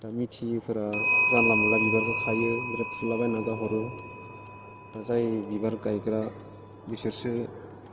दा मिथियैफोरा जानला मोनला बिबारखो खायो ओमफ्राय फुलाबायना गारहरो दा जाय बिबार गायग्रा बिसोरसो